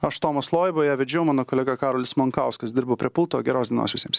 aš tomas loiba ją vedžiau mano kolega karolis mankauskas dirba prie pulto geros dienos visiems